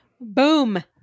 Boom